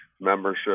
membership